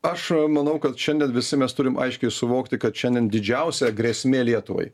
aš manau kad šiandien visi mes turim aiškiai suvokti kad šiandien didžiausia grėsmė lietuvai